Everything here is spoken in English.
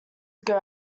ago